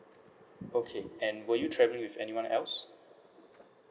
okay and were you travelling with anyone else